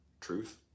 Truth